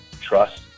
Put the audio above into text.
trust